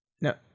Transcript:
No